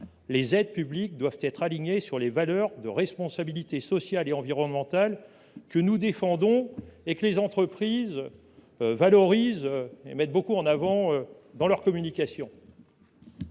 Les aides publiques doivent être alignées sur les valeurs de responsabilité sociale et environnementale que nous défendons et que les entreprises mettent beaucoup en avant dans leur communication.